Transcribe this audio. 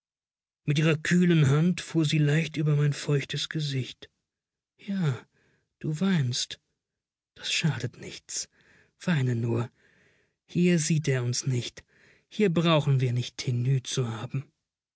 mit ihrer kühlen hand fuhr sie leicht über mein feuchtes gesicht ja du weinst das schadet nichts weine nur hier sieht er uns nicht hier brauchen wir nicht tenue zu haben